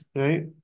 right